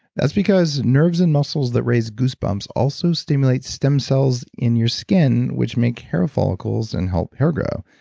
that's because nerves and muscles that raise goosebumps also stimulate stem cells in your skin, which make hair follicles and help hair grow.